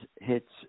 hits